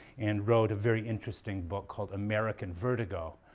and wrote a very interesting book called american vertigo.